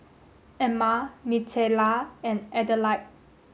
Emile Micaela and Adelaide